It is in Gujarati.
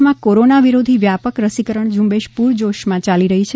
દેશમાં કોરોના વિરોધી વ્યાપક રસીકરણ ઝુંબેશ પૂરજોશમાં ચાલી રહી છે